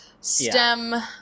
stem